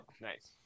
Nice